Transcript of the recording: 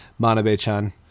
Manabe-chan